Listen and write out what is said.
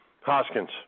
Hoskins